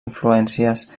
influències